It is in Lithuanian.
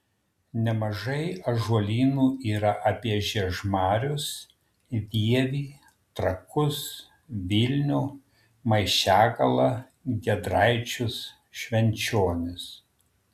nemažai ąžuolynų yra apie žiežmarius vievį trakus vilnių maišiagalą giedraičius švenčionis